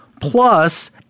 plus